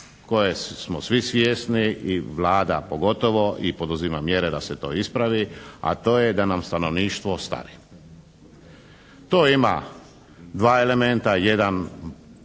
koje smo svi svjesni i Vlada pogotovo i poduzima mjere da se to ispravi, a to je da nam stanovništvo stari. To ima 2 elementa, jedan